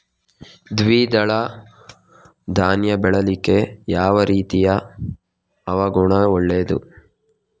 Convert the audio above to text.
ದ್ವಿದಳ ಧಾನ್ಯ ಬೆಳೀಲಿಕ್ಕೆ ಯಾವ ರೀತಿಯ ಹವಾಗುಣ ಒಳ್ಳೆದು?